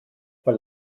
vor